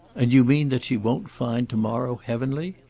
and you mean that she won't find to-morrow heavenly?